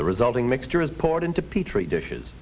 the resulting mixture is poured into petri dishes